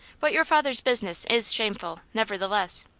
but your father's business is shameful, nevertheless.